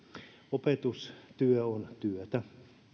opetustyö on työtä